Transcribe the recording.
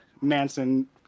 Manson